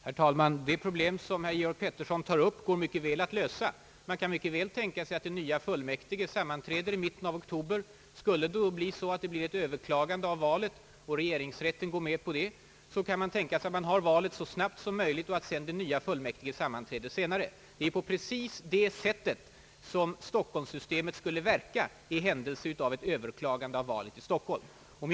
Herr talman! Det problem som herr Georg Pettersson tog upp går bra att lösa. Man kan mycket väl tänka sig att de nya fullmäktige sammanträder i mitten av oktober. Skulle det bli ett överklagande av valet och regeringsrätten bifaller yrkandet är det möjligt att hålla valet mycket kort tid därefter och låta de nya fullmäktige sammanträda senare. Det är precis på det sättet som stockholmssystemet skulle verka i händelse av ett överklagande av valet i Stockholm.